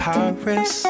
Paris